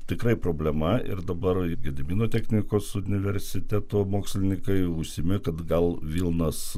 tikrai problema ir dabar gedimino technikos universiteto mokslininkai užsiminė kad gal vilnos